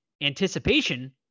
anticipation